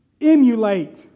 emulate